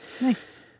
Nice